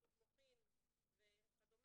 שיתוק מוחין וכדומה,